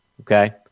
Okay